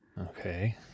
Okay